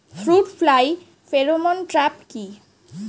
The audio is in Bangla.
ফ্রুট ফ্লাই ফেরোমন ট্র্যাপ কি?